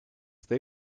they